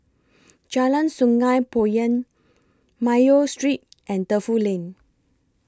Jalan Sungei Poyan Mayo Street and Defu Lane